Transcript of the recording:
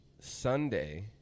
Sunday